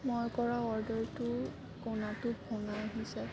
মই কৰা অৰ্ডাৰটো কোণাটোত ভঙা আহিছে